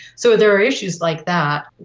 so there are issues like that.